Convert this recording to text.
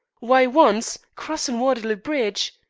why, once crossin' waterloo bridge